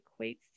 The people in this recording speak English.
equates